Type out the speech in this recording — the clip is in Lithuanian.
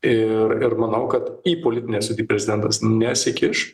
ir manau kad į politines prezidentas nesikiš